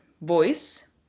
voice